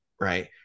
right